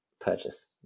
purchase